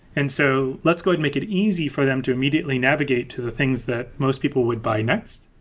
and so let's go and make it easy for them to immediately navigate to the things that most people would buy next.